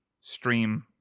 stream